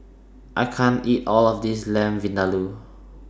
I can't eat All of This Lamb Vindaloo